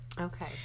Okay